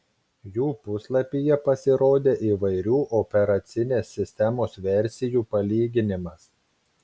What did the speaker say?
jų puslapyje pasirodė įvairių operacinės sistemos versijų palyginimas